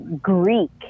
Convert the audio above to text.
Greek